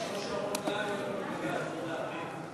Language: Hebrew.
יש או שרון גל או ינון מגל.